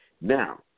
Now